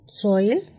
soil